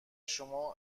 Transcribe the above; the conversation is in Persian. شما